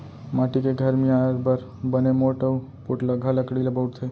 माटी के घर मियार बर बने मोठ अउ पोठलगहा लकड़ी ल बउरथे